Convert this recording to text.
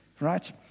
right